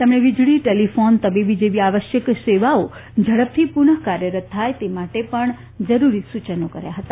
તેમણે વીજળી ટેલીફોન તબીબી જેવી આવશ્યક સેવાઓ ઝડપથી પુનઃકાર્યરત થાય તે માટે પણ જરૂરી સૂચનો આપ્યા હતા